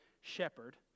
shepherd